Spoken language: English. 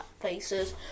faces